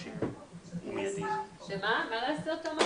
אנחנו עושים משהו שאנחנו לא רוצים לעשות.